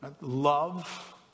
Love